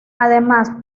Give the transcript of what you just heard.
además